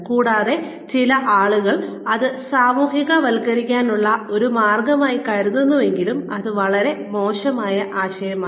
കൂടാതെ ചില ആളുകൾ ഇത് സാമൂഹികവൽക്കരിക്കാനുള്ള ഒരു മാർഗമായി കരുതുന്നുണ്ടെങ്കിലും അത് വളരെ മോശമായ ആശയമാണ്